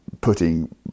putting